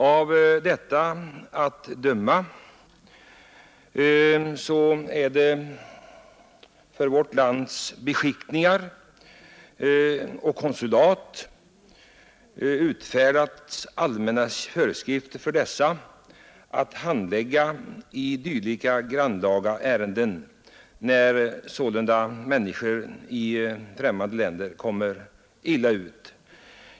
Av svaret att döma är allmänna föreskrifter utfärdade för vårt lands beskickningar och konsulat att handlägga sådana här grannlaga ärenden, när sålunda människor i främmande länder råkar illa ut.